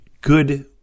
good